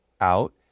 out